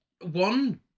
one